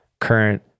current